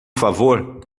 favor